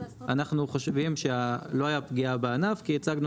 אנחנו חושבים שלא הייתה פגיעה בענף כי הצגנו